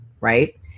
right